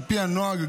על פי הנוהג,